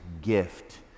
gift